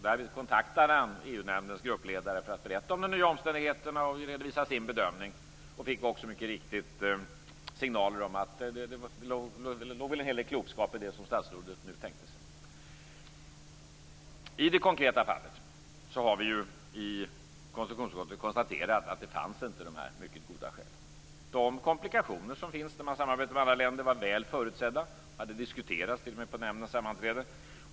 Därför kontaktade han EU-nämndens gruppledare för att berätta om de nya omständigheterna och redovisa sin bedömning. Han fick också mycket riktigt signaler om att det låg en hel del klokskap i det som statsrådet nu tänkte sig. I det konkreta fallet har vi i konstitutionsutskottet konstaterat att de här mycket goda skälen inte fanns. De komplikationer som finns när man samarbetar med andra länder var väl förutsedda och hade t.o.m. diskuterats på nämndens sammanträde.